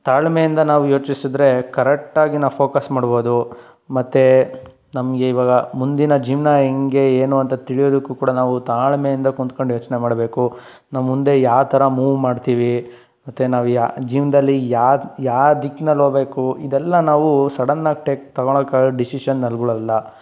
ತಾಳ್ಮೆಯಿಂದ ನಾವು ಯೋಚಿಸಿದ್ರೆ ಕರೆಟ್ಟಾಗಿ ನಾವು ಫೋಕಸ್ ಮಾಡ್ಬೋದು ಮತ್ತು ನಮಗೆ ಇವಾಗ ಮುಂದಿನ ಜೀವನ ಹೆಂಗೆ ಏನು ಅಂತ ತಿಳ್ಯೋದಕ್ಕೂ ಕೂಡ ನಾವು ತಾಳ್ಮೆಯಿಂದ ಕುಂತ್ಕಂಡು ಯೋಚನೆ ಮಾಡಬೇಕು ನಾವು ಮುಂದೆ ಯಾವ ಥರ ಮೂವ್ ಮಾಡ್ತೀವಿ ಮತ್ತು ನಾವು ಯ ಜೀವನದಲ್ಲಿ ಯಾವ ಯಾವ ದಿಕ್ನಲ್ಲಿ ಹೋಬೇಕು ಇದಲ್ಲ ನಾವು ಸಡನಾಗಿ ಟೇಕ್ ತಗೋಳಕಾಗೊ ಡಿಸಿಷನ್ ಅಲ್ಗುಳಲ್ಲ